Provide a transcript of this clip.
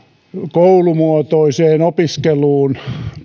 koulumuotoiseen opiskeluun